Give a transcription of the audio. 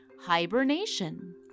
hibernation